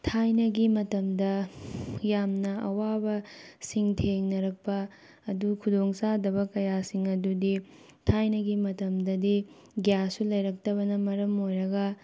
ꯊꯥꯏꯅꯒꯤ ꯃꯇꯝꯗ ꯌꯥꯝꯅ ꯑꯋꯥꯕꯁꯤꯡ ꯊꯦꯡꯅꯔꯛꯄ ꯑꯗꯨ ꯈꯨꯗꯣꯡ ꯆꯥꯗꯕ ꯀꯌꯥꯁꯤꯡ ꯑꯗꯨꯗꯤ ꯊꯥꯏꯅꯒꯤ ꯃꯇꯝꯗꯗꯤ ꯒ꯭ꯌꯥꯁꯁꯨ ꯂꯩꯔꯛꯇꯕꯅ ꯃꯔꯝ ꯑꯣꯏꯔꯒ